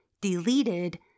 deleted